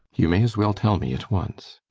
you may as well tell me at once.